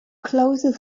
clothes